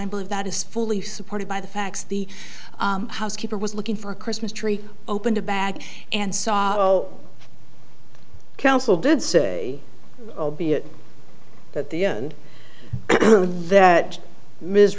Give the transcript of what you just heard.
i believe that is fully supported by the facts the housekeeper was looking for a christmas tree opened a bag and saw counsel did say albeit that the end that ms